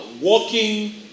walking